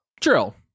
Drill